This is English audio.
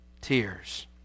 tears